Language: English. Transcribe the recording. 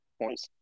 points